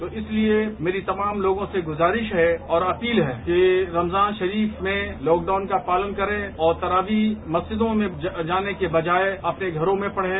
तो इसलिए मेरी तमाम लोगों से गुजारिश है और अपील है कि रमजान शरीफ में लॉकडाउन का पालन करें और तरावीह मस्जिदों में जाने के बजाय अपने घरों में पढ़ें